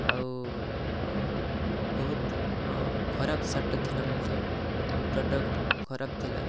ଆଉ ବହୁତ ଖରାପ ସାର୍ଟ୍ଟା ଥିଲା ମଧ୍ୟ ପ୍ରଡ଼କ୍ଟ୍ ଖରାପ ଥିଲା